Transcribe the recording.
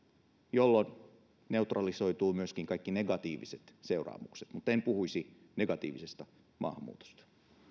heille jolloin neutralisoituvat myöskin kaikki negatiiviset seuraamukset mutta en puhuisi negatiivisesta maahanmuutosta